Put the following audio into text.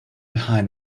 behind